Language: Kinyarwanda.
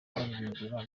baririmbira